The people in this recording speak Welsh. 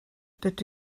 rydw